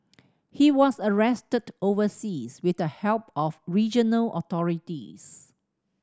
he was arrested overseas with the help of regional authorities